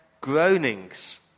groanings